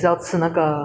新的东西